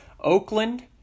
Oakland